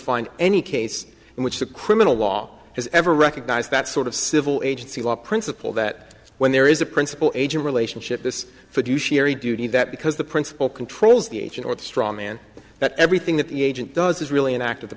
find any case in which the criminal law has ever recognized that sort of civil agency law principle that when there is a principle agent relationship this fiduciary duty that because the principle controls the agent or the straw man that everything that the agent does is really an act of the